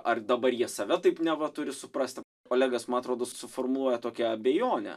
ar dabar jie save taip neva turi suprast olegas man atrodo suformuoja tokią abejonę